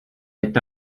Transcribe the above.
est